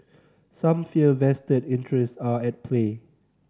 some fear vested interest are at play